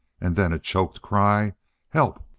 and then a choked cry help!